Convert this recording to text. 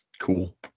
Cool